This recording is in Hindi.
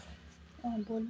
हाँ बोलो